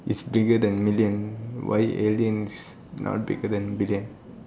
is bigger than million why alien is not bigger than billion